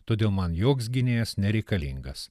todėl man joks gynėjas nereikalingas